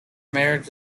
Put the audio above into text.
marriage